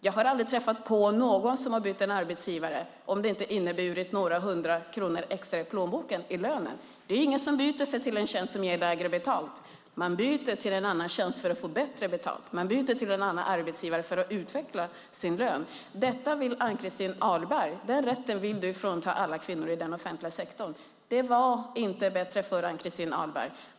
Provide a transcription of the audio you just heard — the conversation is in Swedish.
Jag har inte träffat på någon som har bytt arbetsgivare om det inte har inneburit några hundra kronor extra i plånboken. Ingen byter sig till en tjänst som ger mindre betalt. Man byter till en annan tjänst för att få bättre betalt. Man byter till en annan arbetsgivare för att utveckla sin lön. Den rätten vill Ann-Christin Ahlberg frånta alla kvinnor i den offentliga sektorn. Det var inte bättre förr, Ann-Christin Ahlberg.